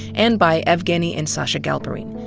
and by evgueni and sacha galperine.